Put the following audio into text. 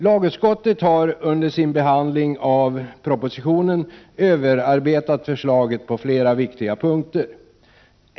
Lagutskottet har under sin behandling av propositionen överarbetat förslaget på flera viktiga punkter.